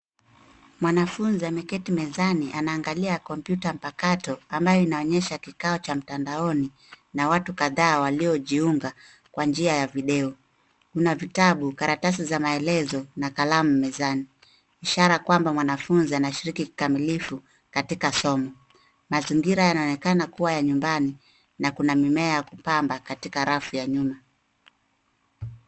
Mwanafunzi ameketi mezani anaangalia kompyuta mpakato ambayo inaonyesha kikao cha mtandaoni, na watu kadhaa waliojiunga kwa njia ya video. Mna vitabu, karatasi za maelezo na kalamu mezani, ishara kwamba mwanafunzi anashiriki kikamilifu katika somo. Mazingira yanaonekana kuwa ya nyumbani na kuna mimea ya kupamba katika rafu ya nyuma.